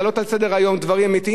להעלות על סדר-היום דברים אמיתיים,